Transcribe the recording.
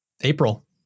April